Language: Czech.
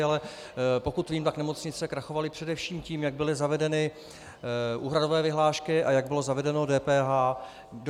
Ale pokud vím, tak nemocnice krachovaly především tím, jak byly zavedeny úhradové vyhlášky a jak bylo zavedeno DPH.